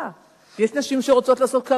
יש נשים שרוצות לצאת לעבודה,